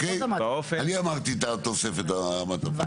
אני אמרתי את התוספת המעטפה,